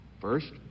First